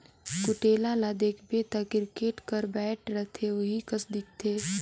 कुटेला ल देखबे ता किरकेट कर बैट रहथे ओही कस दिखथे